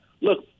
look